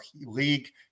league